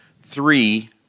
Three